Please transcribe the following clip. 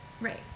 Right